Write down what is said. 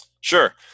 sure